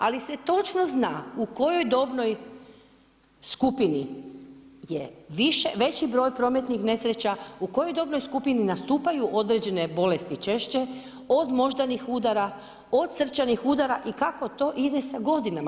Ali se točno zna u kojoj dobnoj skupini je veći broj prometnih nesreća, u kojoj dobnoj skupini nastupaju određene bolesti češće od moždanih udara, od srčanih udara i kako to ide s godinama.